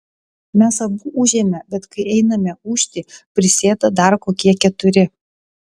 mes abu ūžėme bet kai einame ūžti prisėda dar kokie keturi